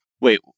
Wait